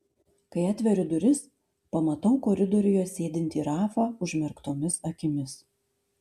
kai atveriu duris pamatau koridoriuje sėdintį rafą užmerktomis akimis